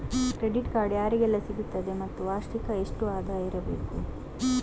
Credit card ಯಾರಿಗೆಲ್ಲ ಸಿಗುತ್ತದೆ ಮತ್ತು ವಾರ್ಷಿಕ ಎಷ್ಟು ಆದಾಯ ಇರಬೇಕು?